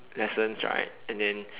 lessons right and then